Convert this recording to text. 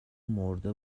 مرده